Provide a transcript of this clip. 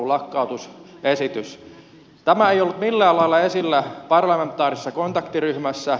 tämä ei ollut millään lailla esillä parlamentaarisessa kontaktiryhmässä